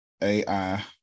AI